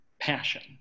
passion